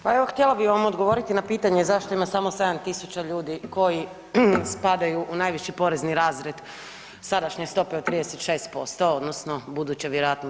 Pa evo, htjela bi vam odgovoriti na pitanje zašto ima samo 7 tisuća ljudi koji spadaju u najviši porezni razred sadašnje stope od 36% odnosno buduće, vjerojatno 30.